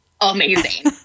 amazing